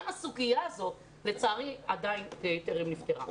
גם הסוגיה הזאת לצערי טרם נפתרה.